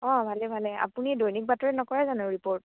অ' ভালে ভালে আপুনি দৈনিক বাতৰিত নকৰে জানো ৰিপৰ্ট